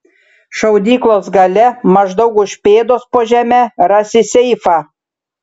šaudyklos gale maždaug už pėdos po žeme rasi seifą